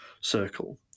circle